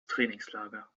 trainingslager